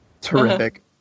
Terrific